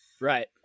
Right